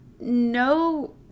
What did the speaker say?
no